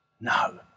No